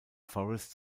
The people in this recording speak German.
forest